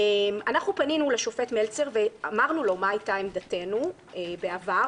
פנינו לשופט מלצר ואמרנו לו מה הייתה עמדתנו בעבר,